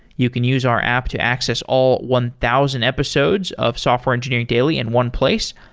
you can use our app to access all one thousand episodes of software engineering daily in one place.